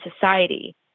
society